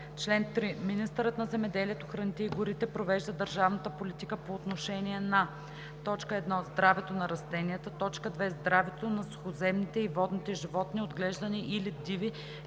„Чл. 3. Министърът на земеделието, храните и горите провежда държавната политика по отношение на: 1. здравето на растенията; 2. здравето на сухоземните и водните животни – отглеждани или диви,